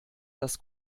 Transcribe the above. das